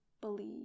believe